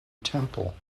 temple